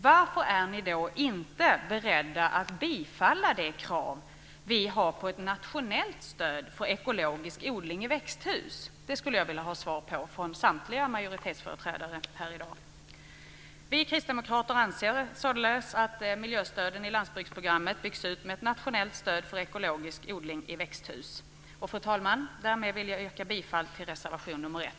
Varför är ni då inte beredda att bifalla vårt krav på ett nationellt stöd för ekologisk odling i växthus? Det skulle jag vilja ha svar på från samtliga majoritetsföreträdare här i dag. Vi kristdemokrater anser således att miljöstöden i landsbygdsprogrammet ska byggas ut med ett nationellt stöd för ekologisk odling i växthus. Fru talman! Därmed vill också jag yrka bifall till reservation nr 1.